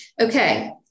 Okay